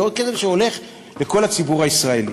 זה עוד כסף שהולך לכל הציבור הישראלי,